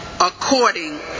according